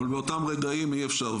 אבל באותם רגעים אי אפשר.